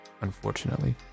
Unfortunately